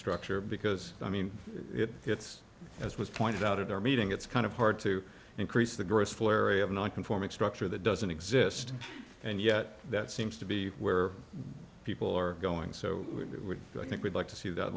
structure because i mean it gets as was pointed out at our meeting it's kind of hard to increase the gross flurry of non conforming structure that doesn't exist and yet that seems to be where people are going so it would do i think we'd like to see that